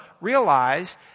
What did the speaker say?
realize